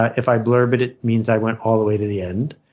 if i blurb it, it means i went all the way to the end.